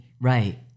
Right